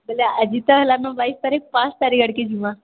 ବୋଇଲେ ଆଜି ତ ହେଲାନ ବାଇଶ୍ ତାରିଖ୍ ପାଞ୍ଚ ତାରିଖ ଆଡ଼ିକି ଜିମା